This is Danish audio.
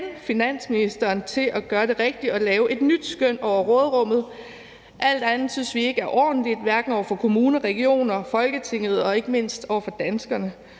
finansministeren til at gøre det rigtige og lave et nyt skøn over råderummet. Alt andet synes vi ikke er ordentligt, hverken over for kommuner, regioner, Folketinget og ikke mindst over for danskerne.